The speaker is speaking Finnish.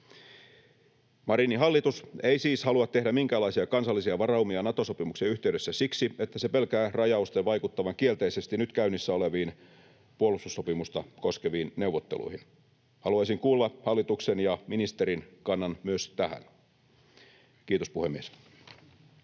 Marinin hallitus ei siis halua tehdä minkäänlaisia kansallisia varaumia Nato-sopimuksen yhteydessä siksi, että se pelkää rajausten vaikuttavan kielteisesti nyt käynnissä oleviin puolustussopimusta koskeviin neuvotteluihin. Haluaisin kuulla hallituksen ja ministerin kannan myös tähän. — Kiitos, puhemies.